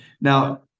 Now